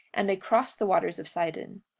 and they crossed the waters of sidon.